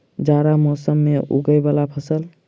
जाड़ा मौसम मे उगवय वला फसल?